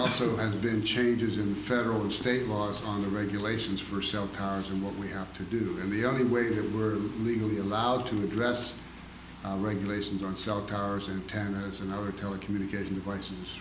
also have been changes in federal or state laws on the regulations for cell towers and what we are to do in the only way that we were legally allowed to address regulations on cell towers in town and our telecommunication devices